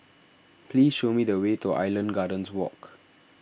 please show me the way to Island Gardens Walk